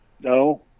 No